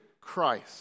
Christ